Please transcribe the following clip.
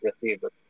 receiver